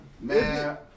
Man